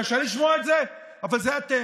קשה לשמוע את זה, אבל זה אתם.